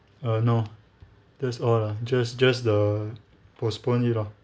uh no that's all lah just just the postpone it lah